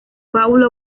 paulo